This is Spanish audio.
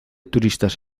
turistas